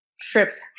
trips